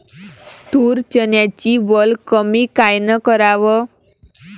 तूर, चन्याची वल कमी कायनं कराव?